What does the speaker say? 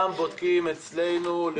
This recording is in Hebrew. בודקים אצלנו,